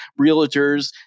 realtors